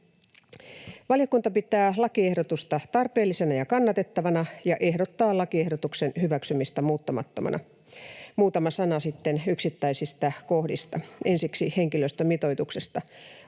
Valiokunta pitää lakiehdotusta tarpeellisena ja kannatettavana ja ehdottaa lakiehdotuksen hyväksymistä muuttamattomana. Muutama sana sitten yksittäisistä kohdista, ensiksi henkilöstömitoituksesta: